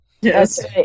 Yes